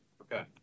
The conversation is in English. Okay